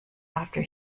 after